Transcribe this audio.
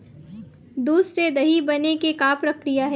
दूध से दही बने के का प्रक्रिया हे?